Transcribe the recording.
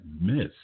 Miss